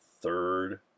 third